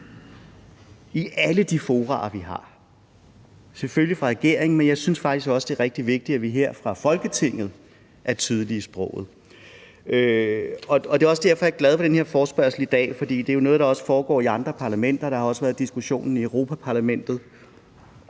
i alle de fora, vi har, selvfølgelig fra regeringens side, men jeg synes faktisk også, det er rigtig vigtigt, at vi her fra Folketingets side er tydelige i sproget, og det er også derfor, jeg er glad for den her forespørgsel i dag. For det er jo også noget, der foregår i andre parlamenter, og der har også været diskussionen i Europa-Parlamentet.